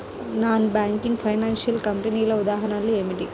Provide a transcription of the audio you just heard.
Non banking financial కంపెనీల ఉదాహరణలు ఏమిటి?